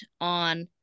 on